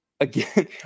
Again